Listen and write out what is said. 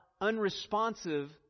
unresponsive